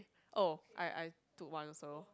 oh I I took one also